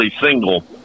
single